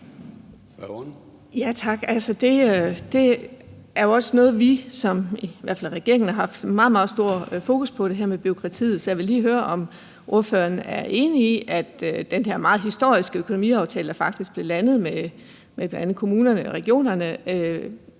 (S): Tak. Det er jo også noget af det, som i hvert fald regeringen har haft meget, meget stort fokus på, altså det her med bureaukratiet. Så jeg vil lige høre, om ordføreren er enig i, at den her meget historiske økonomiaftale, der faktisk blev landet, med bl.a. kommunerne og regionerne